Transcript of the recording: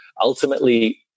ultimately